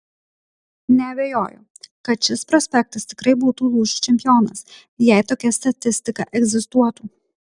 neabejoju kad šis prospektas tikrai būtų lūžių čempionas jei tokia statistika egzistuotų